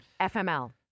FML